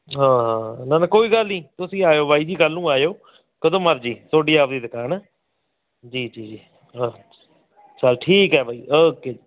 ਹਾਂ ਹਾਂ ਨਾ ਨਾ ਕੋਈ ਗੱਲ ਨਹੀਂ ਤੁਸੀਂ ਆਇਓ ਬਾਈ ਜੀ ਕੱਲ੍ਹ ਨੂੰ ਆਇਓ ਕਦੋਂ ਮਰਜੀ ਤੁਹਾਡੀ ਆਪਣੀ ਦੁਕਾਨ ਹੈ ਜੀ ਜੀ ਹਾਂ ਚੱਲ ਠੀਕ ਹੈ ਬਾਈ ਓਕੇ ਜੀ